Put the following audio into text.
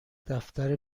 دفتر